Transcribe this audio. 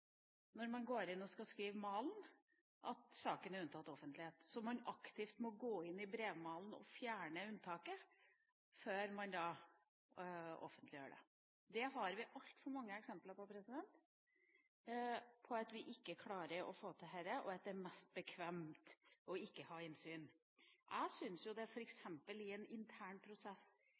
og malen at saken er unntatt offentlighet, så man må aktivt gå inn i brevmalen og fjerne unntaket før man offentliggjør det. Vi har altfor mange eksempler på at vi ikke klarer å få til dette, og at det er mest bekvemt ikke å ha innsyn. Jeg syns f.eks. det i en intern prosess